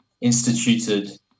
instituted